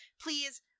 please